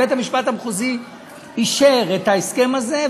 בית-המשפט המחוזי אישר את ההסכם הזה,